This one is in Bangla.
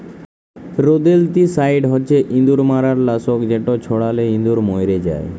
রোদেল্তিসাইড হছে ইঁদুর মারার লাসক যেট ছড়ালে ইঁদুর মইরে যায়